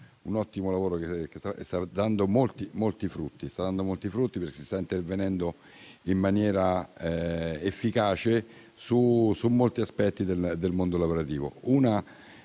un ottimo lavoro che sta dando molti frutti, perché si sta intervenendo in maniera efficace su molti aspetti del mondo lavorativo.